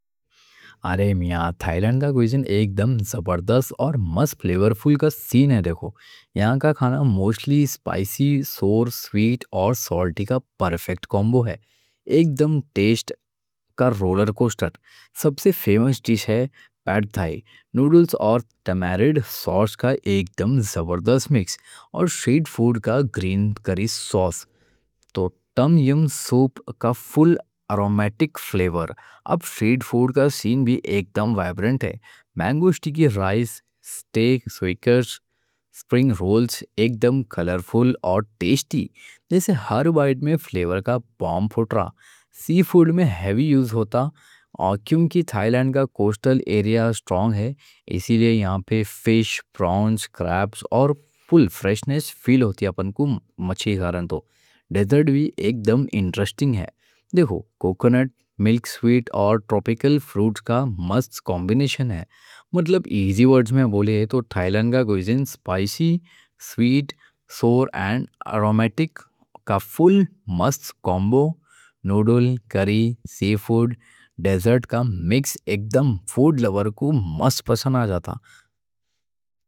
ارے میاں، تھائی لینڈ کا کُوئزین ایک دم زبردست اور مست فلیورفُل کا سین ہے، دیکھو یہاں کا کھانا موستلی اسپائسی، سور، سویٹ اور سالٹی کا پرفیکٹ کومبو ہے ایک دم ٹیسٹ کا رولر کوسٹر سب سے فیمس ڈِش ہے پیڈ تھائی نوڈلز اور ٹامرِنڈ سوس کا ایک دم زبردست مکس، اور گرین کری سوس تو ٹَم یَم سوپ کا فُل آرومیٹک فلیور اب اسٹریٹ فوڈ کا سین بھی ایک دم ویبرنٹ ہے مینگو اسٹِکی رائس، اسٹِکس، اسکیورز، اسپرنگ رولز ایک دم کلرفُل اور ٹیسٹی جیسے ہر بائٹ میں فلیور کا بُوم پھوٹ رہا سی فوڈ میں ہیوی یوز ہوتا کیونکہ تھائی لینڈ کا کوسٹل ایریا سٹرونگ ہے، اسی لیے یہاں پہ فِش، پرانز، کرابز اور فُل فریشنیس فیل ہوتی اپن کو مچھی کھارن تو ڈیزرٹ بھی ایک دم انٹرسٹنگ ہے دیکھو، کوکونٹ، مِلک سویٹ اور ٹروپیکل فروٹ کا مست کمبینیشن ہے مطلب ایزی ورڈز میں بولے تو، تھائی لینڈ کا کُوئزین اسپائسی، سویٹ، سور اور آرومیٹک کا فُل مست کومبو نوڈل، کری، سی فوڈ، ڈیزرٹ کا مکس ایک دم فُوڈ لَوَر کو مست پسند آ جاتا